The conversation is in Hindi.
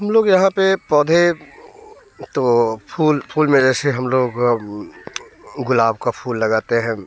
हम लोग यहाँ पर पौधे तो फूल फूल में जैसे हम लोग गुलाब का फूल लगाते हैं